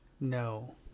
No